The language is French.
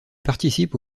participe